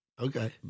Okay